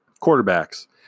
Quarterbacks